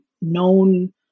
known